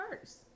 first